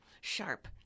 sharp